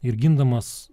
ir gindamas